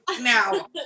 now